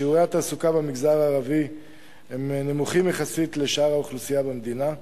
שיעורי התעסוקה במגזר הערבי הם נמוכים יחסית לשאר האוכלוסייה במדינה,